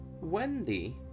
Wendy